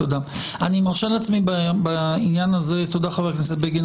תודה, חבר הכנסת בגין.